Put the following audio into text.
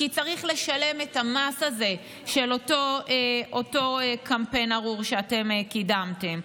כי צריך לשלם את המס הזה של אותו קמפיין ארור שאתם קידמתם.